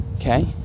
Okay